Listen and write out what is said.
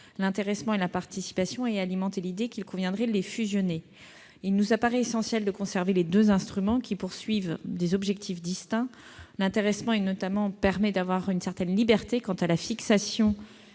l'intéressement et la participation -et d'alimenter l'idée qu'il conviendrait de les fusionner. Il nous apparaît essentiel de conserver les deux instruments, qui visent des objectifs distincts. L'intéressement permet notamment d'avoir une certaine liberté quant à la fixation